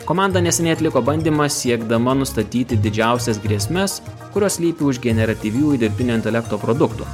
komanda neseniai atliko bandymą siekdama nustatyti didžiausias grėsmes kurios slypi už generatyviųjų dirbtinio intelekto produktų